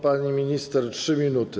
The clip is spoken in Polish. Pani minister - 3 minuty.